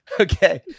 Okay